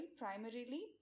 primarily